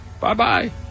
Bye-bye